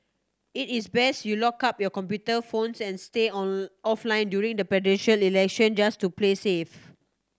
it is best you locked up your computer phones and stay on offline during the Presidential Election just to play safe